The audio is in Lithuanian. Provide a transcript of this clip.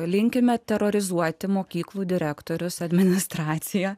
linkime terorizuoti mokyklų direktorius administracija